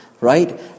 right